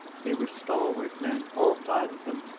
they were stalwart men, all five of them,